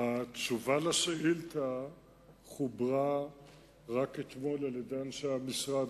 התשובה על השאילתא חוברה רק אתמול על-ידי אנשי המשרד.